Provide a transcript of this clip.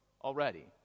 already